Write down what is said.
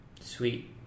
Sweet